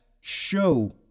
show